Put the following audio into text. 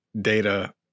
data